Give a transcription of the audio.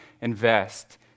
invest